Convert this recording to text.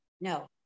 No